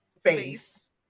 face